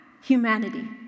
Humanity